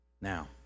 Now